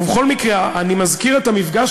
ובכל מקרה, אני מזכיר את המפגש